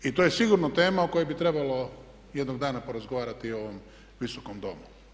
I to je sigurno tema o kojoj bi trebalo jednog dana porazgovarati u ovom Visokom domu.